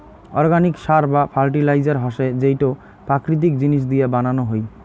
organic সার বা fertiliser হসে যেইটো প্রাকৃতিক জিনিস দিয়া বানানো হই